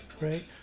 Right